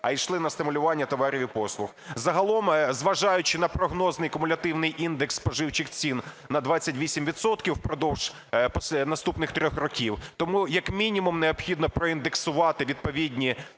а йшли на стимулювання товарів і послуг. Загалом зважаючи на прогнозний кумулятивний індекс споживчих цін на 28 відсотків упродовж наступних 3 років, тому як мінімум необхідно проіндексувати відповідні